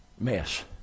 Mess